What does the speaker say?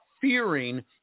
fearing